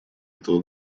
этого